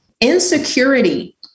insecurity